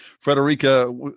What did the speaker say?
Frederica